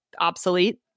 obsolete